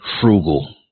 frugal